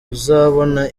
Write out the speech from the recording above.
uzabona